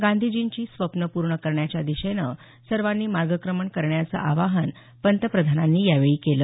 गांधीजींची स्वप्नं पूर्ण करण्याच्या दिशेने सर्वांनी मार्गक्रमण करण्याचं आवाहन पंतप्रधानांनी यावेळी केलं